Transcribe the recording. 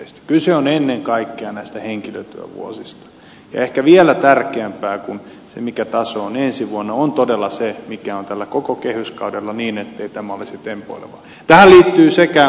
kyse on ennen kaikkea näistä henkilötyövuosista ja ehkä vielä tärkeämpää kuin se mikä taso on ensi vuonna on todella se mikä taso on tällä koko kehyskaudella niin ettei tämä olisi tempoileva